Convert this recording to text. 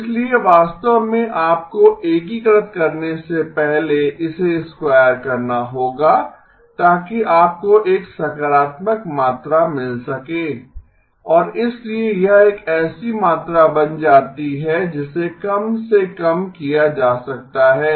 इसलिए वास्तव में आपको एकीकृत करने से पहले इसे स्क्वायर करना होगा ताकि आपको एक सकारात्मक मात्रा मिल सके और इसलिए यह एक ऐसी मात्रा बन जाती है जिसे कम से कम किया जा सकता है